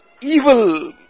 evil